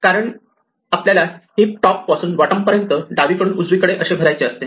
कारण आपल्याला हिप टॉप पासून बॉटम पर्यंत डावीकडून उजवीकडे असे भरायचे असते